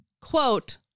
quote